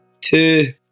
two